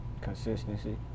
Consistency